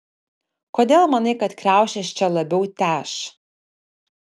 kodėl manai kad kriaušės čia labiau teš